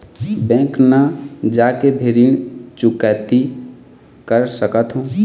Bank न जाके भी ऋण चुकैती कर सकथों?